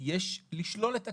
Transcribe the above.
שיש לשלול את הקצבה.